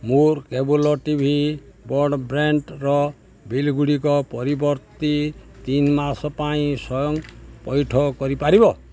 ମୋର cable TV ଭି ବ୍ରଡ଼୍ବ୍ୟାଣ୍ଡର ବିଲ୍ ଗୁଡ଼ିକ ପରବର୍ତ୍ତୀ ତିନି ମାସ ପାଇଁ ସ୍ଵୟଂ ପଇଠ କରିପାରିବ